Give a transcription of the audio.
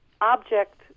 object